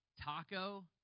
Taco